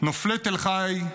נופלי תל חי.